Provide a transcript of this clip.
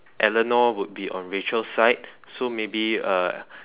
Elanor would be on Rachel's side so maybe uh